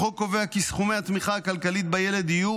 החוק קובע כי סכומי התמיכה הכלכלית בילד יהיו